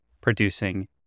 producing